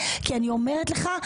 ואני לא יודעת אם